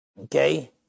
Okay